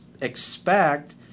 expect